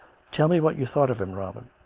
tell me what you thought of him, robin.